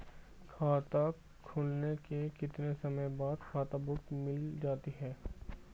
खाता खुलने के कितने समय बाद खाता बुक मिल जाती है?